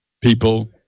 people